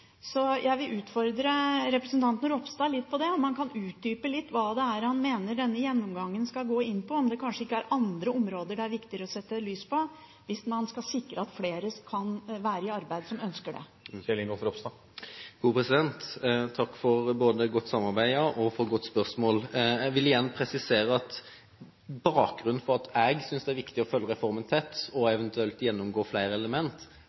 Så jeg vil utfordre representanten Ropstad litt på det: Kan han utdype litt hva det er han mener denne gjennomgangen skal gå inn på, og om det kanskje ikke er andre områder det er viktigere å sette lys på hvis man skal sikre at flere som ønsker det, kan være i arbeid? Takk for både godt samarbeid og godt spørsmål. Jeg vil igjen presisere at bakgrunnen for at jeg synes det er viktig å følge reformen tett – og eventuelt gjennomgå flere element